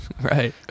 Right